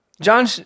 John